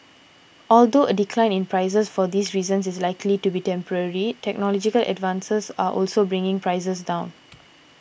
although a decline in prices for these reasons is likely to be temporary technological advances are also bringing prices down